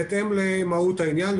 בהתאם למהות העניין.